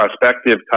prospective